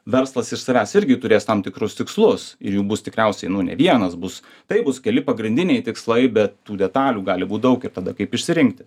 verslas iš savęs irgi turės tam tikrus tikslus ir jų bus tikriausiai nu ne vienas bus taip bus keli pagrindiniai tikslai bet tų detalių gali būt daug ir tada kaip išsirinkti